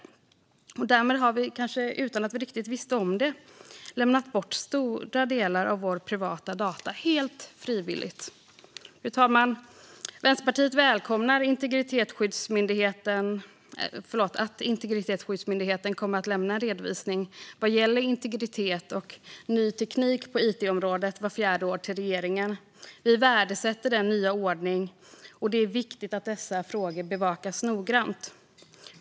Därmed har vi kanske utan att vi riktigt visste om det lämnat bort stora delar av våra privata data helt frivilligt. Fru talman! Vänsterpartiet välkomnar att Integritetsskyddsmyndigheten kommer att lämna en redovisning som gäller integritet och ny teknik på it-området vart fjärde år till regeringen. Vi värdesätter den nya ordningen, och det är viktigt att dessa frågor bevakas noggrant.